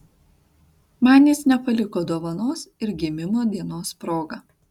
man jis nepaliko dovanos ir gimimo dienos proga